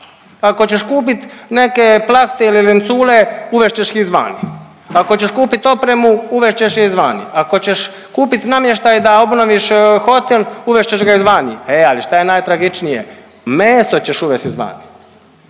Ako ćeš kupit neke plahte ili lancune uvest ćeš ih izvani. Ako ćeš kupit opremu uvest ćeš je izvani. Ako ćeš kupit namještaj da obnoviš hotel uvest ćeš ga izvani. E ali šta je najtragičnije? Meso ćeš uvesti izvani,